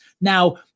Now